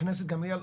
חברת הכנסת גמליאל,